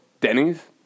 Denny's